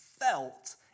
felt